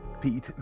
pete